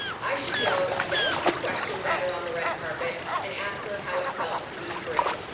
i should go yell a few questions at her on the red carpet and ask her how it felt to be free.